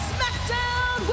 SmackDown